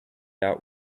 out